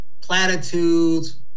platitudes